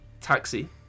Taxi